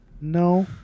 no